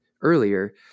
earlier